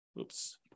oops